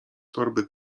torby